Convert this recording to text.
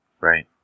Right